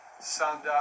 sundown